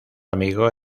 amigo